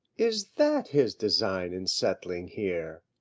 is that his design in settling here?